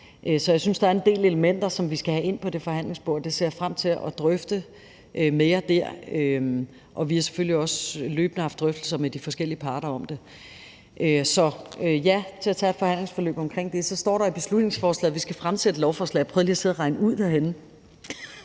Så jeg synes, der er en del elementer, som vi skal have ind på det forhandlingsbord. Det ser jeg frem til at drøfte med jer dér. Og vi har selvfølgelig også løbende haft drøftelser med de forskellige parter om det. Så det er et ja til at tage et forhandlingsforløb omkring det. Kl. 14:55 Så står der i beslutningsforslaget, at vi skal fremsætte lovforslag, og jeg prøvede lige at sidde derhenne og regne